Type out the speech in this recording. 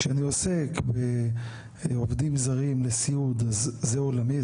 כשאני עוסק בעובדים זרים לסיעוד, אז זה עולמי.